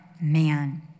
man